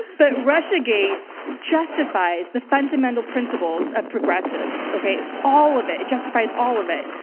but russiagate justifies the fundamental principles of progressives. okay. all of it. it justifies all of it.